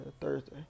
Thursday